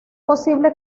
posible